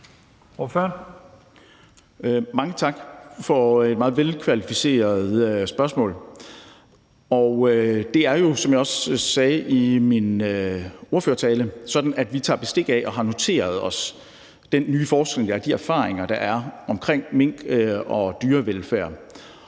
Mange tak for et meget velkvalificeret spørgsmål. Det er jo, som jeg også sagde i min ordførertale, sådan, at vi tager bestik af og har noteret os den nye forskning og de erfaringer, der er omkring mink og dyrevelfærd,